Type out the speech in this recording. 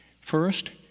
First